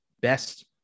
best